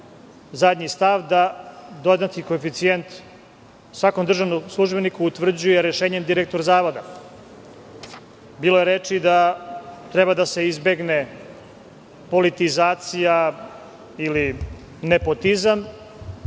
zadnji stav, da dodatni koeficijent svakom državnom službeniku utvrđuje rešenjem direktora Zavoda. Bilo je reči da treba da se izbegne politizacija ili nepotizam,